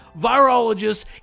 virologists